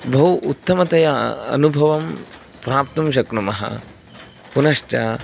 बहु उत्तमतया अनुभवं प्राप्तुं शक्नुमः पुनश्च